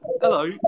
hello